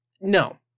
No